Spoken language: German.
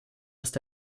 ist